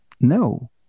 No